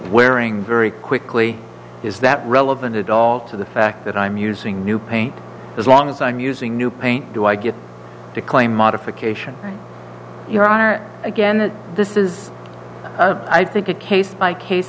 wearing very quickly is that relevant at all to the fact that i'm using new paint as long as i'm using new paint do i get to claim modification again this is i think a case by case